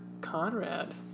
Conrad